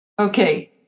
Okay